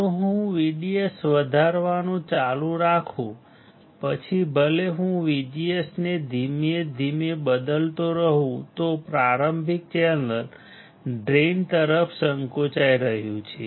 જો હું VDS વધારવાનું ચાલુ રાખું પછી ભલે હું VGS ને ધીમે ધીમે બદલતો રહું તો પ્રારંભિક ચેનલ ડ્રેઇન તરફ સંકોચાઈ રહ્યું છે